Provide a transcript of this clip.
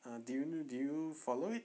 ah did you did you follow it